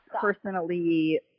personally